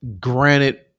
Granted